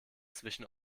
zwischen